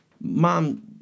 Mom